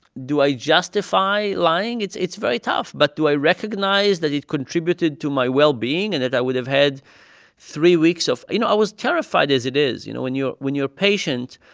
do i justify lying? it's it's very tough. but do i recognize that it contributed to my well-being and that i would have had three weeks of you know, i was terrified as it is. you know, when you're when you're a patient,